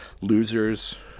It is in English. Losers